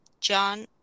John